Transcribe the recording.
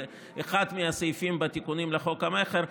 זה אחד מהסעיפים בתיקונים לחוק המכר.